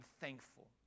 thankful